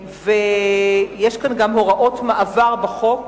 ויש כאן גם הוראות מעבר בחוק,